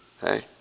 hey